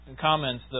comments